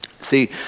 see